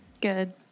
good